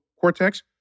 cortex